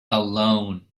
alone